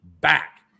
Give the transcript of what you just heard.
back